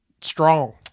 strong